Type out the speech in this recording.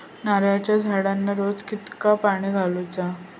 नारळाचा झाडांना रोज कितक्या पाणी घालुचा?